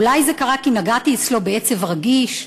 אולי זה קרה כי נגעתי אצלו בעצב רגיש?